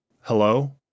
Hello